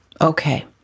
Okay